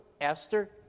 Esther